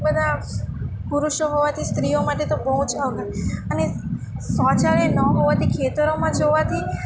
બધા પુરુષો હોવાથી સ્ત્રીઓ માટે તો બહુ જ આમ અને શૌચાલય ન હોવાથી ખેતરોમાં જવાથી